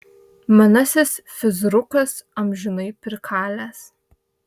manasis fizrukas amžinai prikalęs